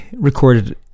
Recorded